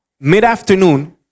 mid-afternoon